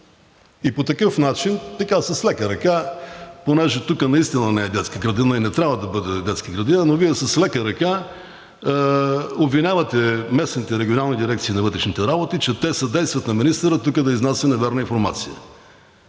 По такъв начин, така с лека ръка, понеже тук наистина не е детска градина и не трябва да бъде детска градина, но Вие с лека ръка обвинявате местните регионални дирекции на вътрешните работи, че те съдействат на министъра тук да изнася невярна информация.